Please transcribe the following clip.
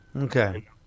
Okay